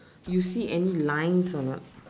you see any lines or not